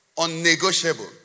unnegotiable